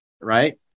right